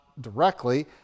directly